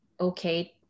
okay